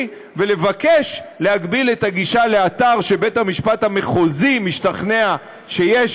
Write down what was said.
ולבקש להגביל את הגישה לאתר שבית-המשפט המחוזי משתכנע שיש